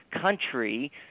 country